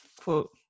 quote